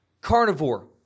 Carnivore